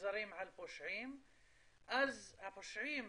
שנגזרים על פושעים אז הפושעים,